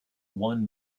one